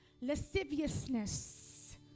lasciviousness